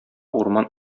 урман